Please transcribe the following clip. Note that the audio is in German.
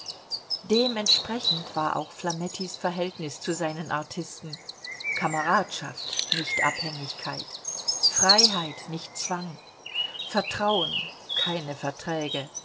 dementsprechend war auch flamettis verhältnis zu seinen artisten kameradschaft nicht abhängigkeit freiheit nicht zwang vertrauen keine verträge